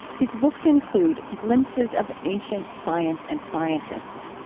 his books include glimpses of ancient science and scientists,